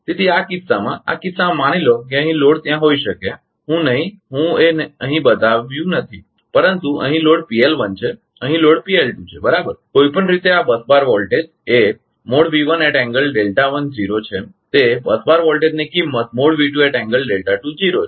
તેથી આ કિસ્સામાં આ કિસ્સામાં માની લો કે અહીં લોડ ત્યાં હોઇ શકે છે હું નહીં હું એ અહીં બતાવ્યું નથી પરંતુ અહીં લોડ છે અહીં લોડ છે બરાબર કોઈપણ રીતે આ બસ બાર વોલ્ટેજ એ છે અને તે બસ બાર વોલ્ટેજની કિંમત છે